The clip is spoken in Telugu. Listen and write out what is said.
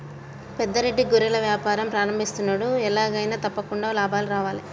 పెద్ద రెడ్డి గొర్రెల వ్యాపారం ప్రారంభిస్తున్నాడు, ఎలాగైనా తప్పకుండా లాభాలు రావాలే